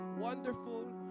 wonderful